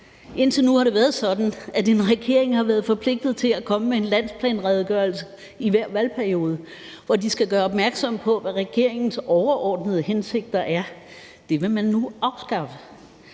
Indtil nu har det været sådan, at en regering har været forpligtet til at komme med en landsplanredegørelse i hver valgperiode, hvor de skal gøre opmærksom på, hvad regeringens overordnede hensigter er. Det vil man nu afskaffe,